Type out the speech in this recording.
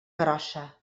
grossa